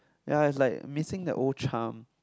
ya is like missing the old charm